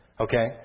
Okay